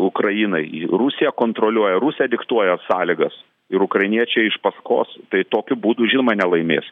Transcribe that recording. ukrainai rusija kontroliuoja rusija diktuoja sąlygas ir ukrainiečiai iš paskos tai tokiu būdu žinoma nelaimės